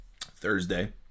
Thursday